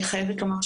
אני חייבת לומר,